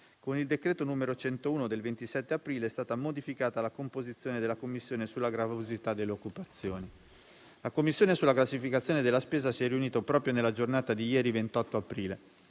ministeriale n. 101 del 27 aprile 2021 è stata modificata la composizione della commissione sulla gravosità delle occupazioni. La commissione sulla classificazione della spesa si è riunito proprio nella giornata di ieri, 28 aprile.